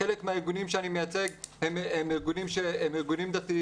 חלק מהארגונים שאני מייצג הם ארגונים דתיים.